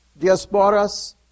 Diasporas